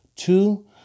Two